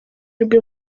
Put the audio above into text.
rwe